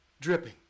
dripping